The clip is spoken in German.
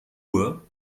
nur